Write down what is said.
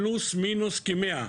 פלוס-מינוס, של כ-100,